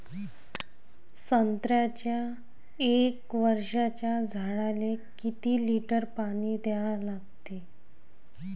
संत्र्याच्या एक वर्षाच्या झाडाले किती लिटर पाणी द्या लागते?